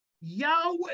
Yahweh